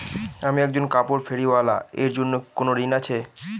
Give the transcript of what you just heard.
আমি একজন কাপড় ফেরীওয়ালা এর জন্য কোনো ঋণ আছে?